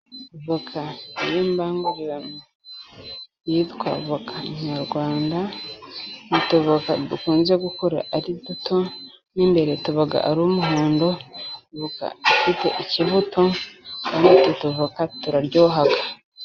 Voka y'imbangurirano yitwa voka nyarwanda ,ni utuvoka dukunze gukura ari duto mo imbere tuba ari umuhondo ,voka ifite ikibuto kandi utu tuvoka turaryoha.